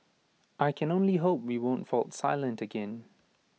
I can only hope we won't fall silent again